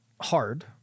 hard